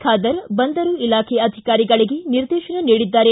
ಖಾದರ್ ಬಂದರು ಇಲಾಖೆ ಅಧಿಕಾರಿಗಳಿಗೆ ನಿರ್ದೇಶನ ನೀಡಿದ್ದಾರೆ